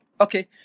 Okay